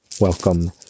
Welcome